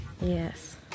Yes